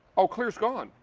ah clear is gone.